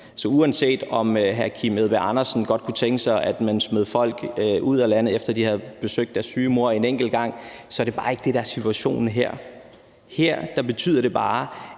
Så uanset om hr. Kim Edberg Andersen godt kunne tænke sig, at man smed folk ud af landet, efter de havde besøgt deres syge mor en enkelt gang, så er det bare ikke det, der er situationen her. Her betyder det bare,